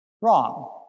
Wrong